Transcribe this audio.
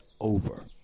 over